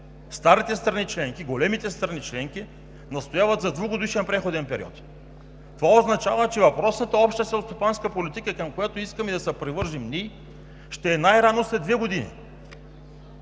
Старите страни членки, големите страни членки, настояват за двугодишен преходен период. Това означава, че въпросната Обща селскостопанска политика, към която искаме да се привържем ние, ще е най-рано след две години.